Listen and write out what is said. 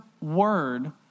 word